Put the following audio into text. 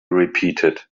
repeated